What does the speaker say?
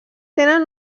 tenen